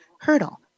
hurdle